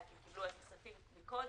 כי קיבלו כספים מקודם.